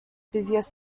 busiest